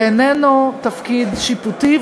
ואיננו תפקיד שיפוטי,